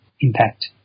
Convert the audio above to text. impact